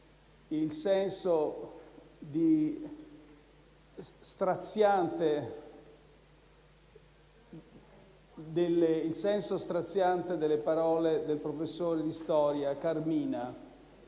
il senso straziante delle parole del professore di storia Carmina.